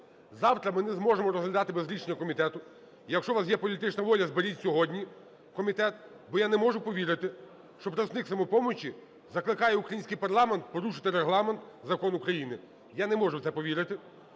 Завтра ми не зможемо розглядати без рішення комітету. Якщо у вас є політична воля, зберіть сьогодні комітет. Бо я не можу повірити, що представник "Самопомочі" закликає український парламент порушити Регламент – закон України. Я не можу в це повірити.